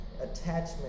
attachment